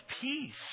Peace